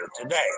today